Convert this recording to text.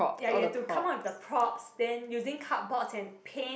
ya you have to come out with the props then using cardboard and paint